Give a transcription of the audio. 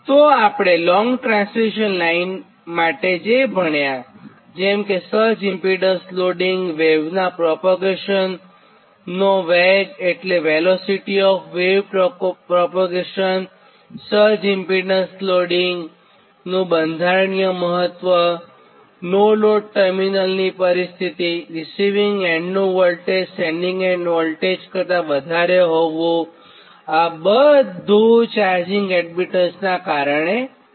તો આપણે long transmission માટે જે પણ ભણ્યાજેમ કે સર્જ ઇમ્પીડન્સ લોડિંગવેવનાં પ્રપોગેશન નો વેગસર્જ ઇમ્પીડન્સ લોડીંગનું બંધારણીય મહત્વ અને નો લોડ પર ટર્મીનલ પરિસ્થિતિરીસિવીંગ એન્ડ વોલ્ટેજનું સેન્ડીંગ એન્ડ કરતાં વધારે હોવું આ બધું ચાર્જિંગ એડમીટન્સનાં કારણે છે